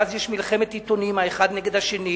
ואז יש מלחמת עיתונים האחד נגד השני,